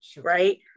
right